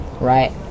Right